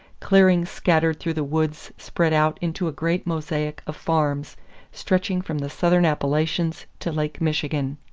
clearings scattered through the woods spread out into a great mosaic of farms stretching from the southern appalachians to lake michigan.